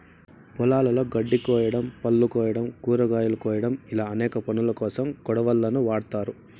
పొలాలలో గడ్డి కోయడం, పళ్ళు కోయడం, కూరగాయలు కోయడం ఇలా అనేక పనులకోసం కొడవళ్ళను వాడ్తారు